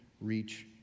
reach